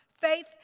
Faith